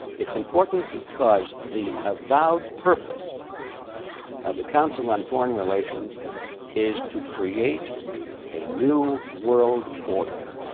it's important because the avowed purpose of the council on foreign relations is to create a new world order,